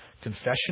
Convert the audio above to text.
Confession